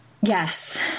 Yes